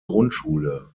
grundschule